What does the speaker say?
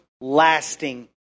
Lasting